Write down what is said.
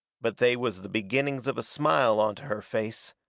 but they was the beginnings of a smile onto her face.